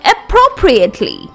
appropriately